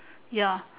ya